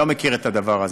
לא מכיר את הדבר הזה.